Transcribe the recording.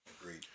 Agreed